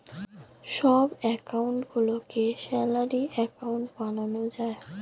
সব অ্যাকাউন্ট গুলিকে salary account বানানো যায়